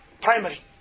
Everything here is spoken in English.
primary